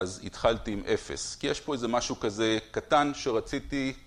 אז התחלתי עם 0, כי יש פה איזה משהו כזה קטן שרציתי...